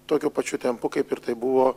tokiu pačiu tempu kaip ir tai buvo